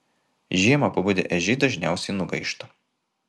žiemą pabudę ežiai dažniausiai nugaišta